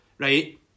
Right